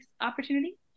opportunity